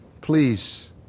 please